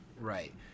Right